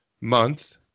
month